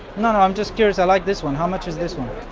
no, i'm just curious. i like this one. how much is this one?